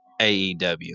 AEW